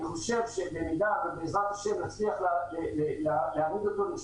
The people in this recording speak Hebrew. אני חושב שבמידה ובעזרת השם נצליח להרים אותו לרשות